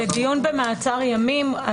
בדיון במעצר ימים,